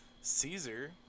Caesar